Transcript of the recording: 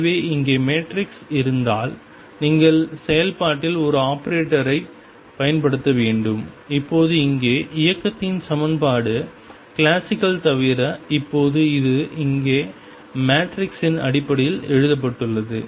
எனவே இங்கே மேட்ரிக்ஸ் இருந்தால் நீங்கள் செயல்பாட்டில் ஒரு ஆபரேட்டரைப் பயன்படுத்த வேண்டும் இப்போது இங்கே இயக்கத்தின் சமன்பாடு கிளாசிக்கல் தவிர இப்போது இது இங்கே மெட்ரிக்ஸின் அடிப்படையில் எழுதப்பட்டுள்ளது